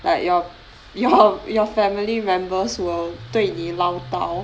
like your your your family members were 对你唠叨